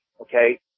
okay